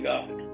God